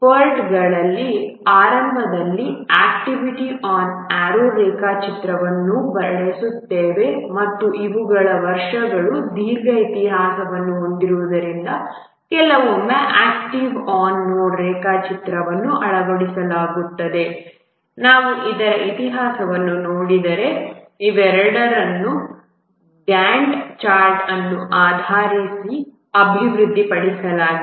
PERT ಆರಂಭದಲ್ಲಿ activity on arrow ರೇಖಾಚಿತ್ರವನ್ನು ಬಳಸುತ್ತದೆ ಮತ್ತು ಇವುಗಳು ವರ್ಷಗಳ ದೀರ್ಘ ಇತಿಹಾಸವನ್ನು ಹೊಂದಿರುವುದರಿಂದ ಕೆಲವೊಮ್ಮೆ ಆಕ್ಟಿವಿಟಿ ಆನ್ ನೋಡ್ ರೇಖಾಚಿತ್ರವನ್ನು ಅಳವಡಿಸಿಕೊಳ್ಳಲಾಗುತ್ತದೆ ನಾವು ಇದರ ಇತಿಹಾಸವನ್ನು ನೋಡಿದರೆ ಇವೆರಡನ್ನೂ ಗ್ಯಾಂಟ್ ಚಾರ್ಟ್ ಅನ್ನು ಆಧರಿಸಿ ಅಭಿವೃದ್ಧಿಪಡಿಸಲಾಗಿದೆ